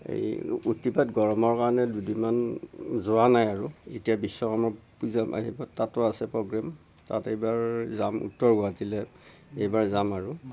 এই অতিপাত গৰমৰ কাৰণে দুদিনমান যোৱা নাই আৰু এতিয়া বিশ্বকৰ্মা পূজা আহিব তাতো আছে প্ৰগ্ৰেম তাত এইবাৰ যাম উত্তৰ গুৱাহাটীলৈ এইবাৰ যাম আৰু